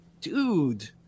dude